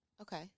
Okay